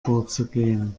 vorzugehen